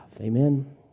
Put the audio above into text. Amen